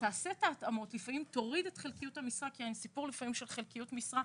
תעשה את ההתאמות ואולי גם תאפשר חלקיות משרה,